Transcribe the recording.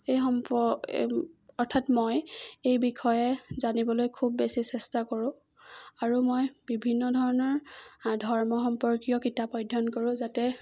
এই সম্প এই অৰ্থাৎ মই এই বিষয়ে জানিবলৈ খুব বেছি চেষ্টা কৰোঁ আৰু মই বিভিন্ন ধৰণৰ ধৰ্ম সম্পৰ্কীয় কিতাপ অধ্যয়ন কৰোঁ যাতে